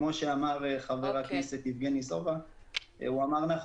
כמו שאמר ח"כ יבגני סובה נכון,